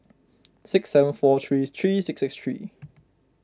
six seven four three three six six three